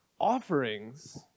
Offerings